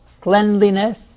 cleanliness